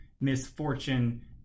misfortune